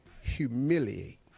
humiliate